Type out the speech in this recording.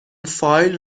فایل